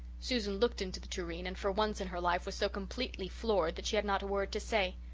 susan looked into the tureen and for once in her life was so completely floored that she had not a word to say.